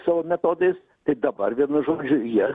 savo metodais tai dabar vienu žodžiu jie